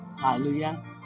Hallelujah